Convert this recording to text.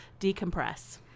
decompress